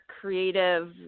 creative